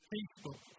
Facebook